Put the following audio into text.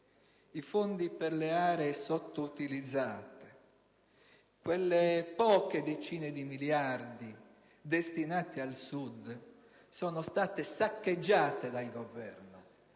I fondi per le aree sottoutilizzate, quelle poche decine di miliardi destinati al Sud, sono stati saccheggiati dal Governo: